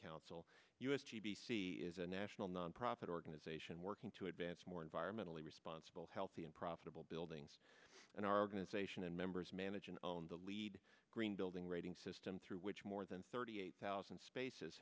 council u s g b c is a national nonprofit organization working to advance more environmentally responsible healthy and profitable buildings and our organization and members manage and own the lead green building rating system through which more than thirty eight thousand spaces